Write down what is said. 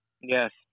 yes